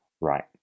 right